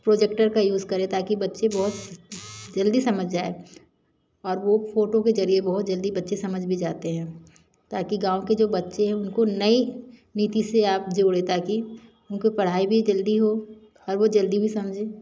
projector का use करें ताकि बच्चे बहुत जल्दी समझ जाएं और वो फ़ोटो के ज़रिए बहुत जल्दी बच्चे समझ भी जाते हैं ताकि गाँव के जो बच्चे हैं उनको नई नीति से आप जोड़ें ताकि उनकी पढ़ाई भी जल्दी हो और वो जल्दी भी समझें